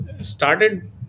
started